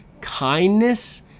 kindness